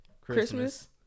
Christmas